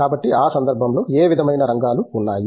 కాబట్టి ఆ సందర్భంలో ఏ విధమైన రంగాలు ఉన్నాయి